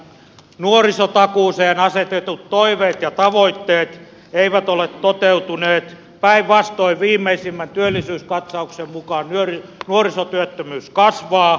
nuorisotakuuseen asetetut toiveet ja tavoitteet eivät ole toteutuneet päinvastoin viimeisimmän työllisyyskatsauksen mukaan nuorisotyöttömyys kasvaa